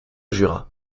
jura